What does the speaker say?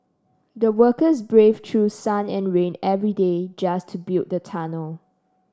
the workers braved through sun and rain every day just to build the tunnel